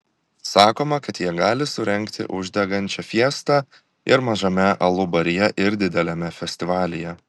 sakoma kad jie gali surengti uždegančią fiestą ir mažame alubaryje ir dideliame festivalyje